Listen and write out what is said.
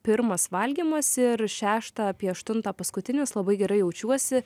pirmas valgymas ir šeštą apie aštuntą paskutinis labai gerai jaučiuosi